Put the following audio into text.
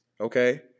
okay